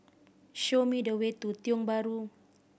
show me the way to Tiong Bahru